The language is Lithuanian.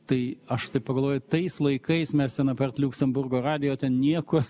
tai aš taip pagalvoju tais laikais mes ten apart liuksemburgo radijo ten nieko